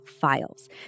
files